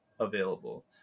available